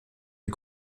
des